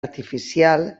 artificial